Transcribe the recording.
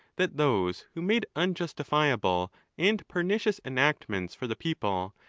that those who made unjustifiable and pernicious enactments for the people,